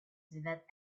that